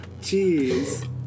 Jeez